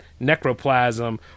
necroplasm